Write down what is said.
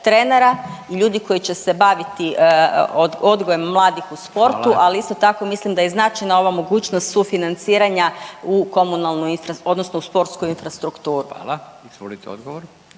trenera i ljudi koji će se baviti odgojem mladih u sportu …/Upadica Radin: Hvala./… ali isto tako mislim da je značajna ova mogućnost sufinanciranja u komunalnu odnosno sportsku infrastrukturu. **Radin, Furio